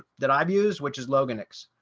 that i've used which is logan x.